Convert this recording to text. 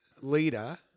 leader